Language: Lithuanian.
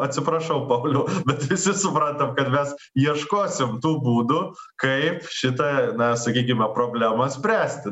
atsiprašau pauliau bet visi supratam kad mes ieškosim tų būdų kaip šitą na sakykime problemą spręsti